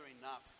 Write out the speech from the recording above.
enough